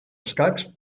escacs